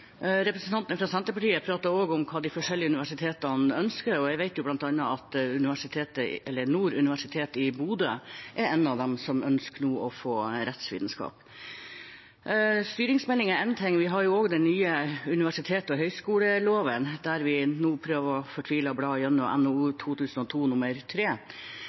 fra Senterpartiet pratet også om hva de forskjellige universitetene ønsker, og jeg vet bl.a. at Nord universitetet i Bodø er et av dem som nå ønsker å få rettsvitenskap. Styringsmeldingen er én ting, vi har jo også den nye universitets- og høyskoleloven. Vi prøver nå fortvilet å